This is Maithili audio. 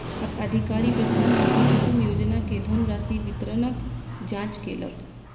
अधिकारी प्रधानमंत्री कुसुम योजना के धनराशि वितरणक जांच केलक